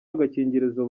agakingirizo